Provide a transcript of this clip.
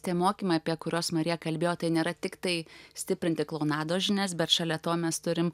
tie mokymai apie kuriuos marija kalbėjo tai nėra tiktai stiprinti klounados žinias bet šalia to mes turim